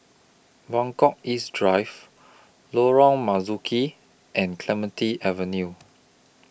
Buangkok East Drive Lorong Marzuki and Clementi Avenue